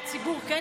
מהציבור כן צריך?